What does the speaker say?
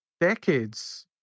decades